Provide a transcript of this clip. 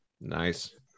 Nice